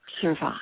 survive